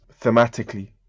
thematically